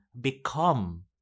become